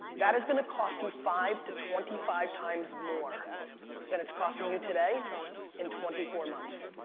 that is gonna cost you five to twenty five times more than it's costing you today in twenty four months.